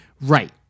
Right